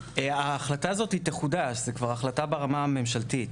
ההחלטה הזאת תחודש, זו כבר החלטה ברמה הממשלתית.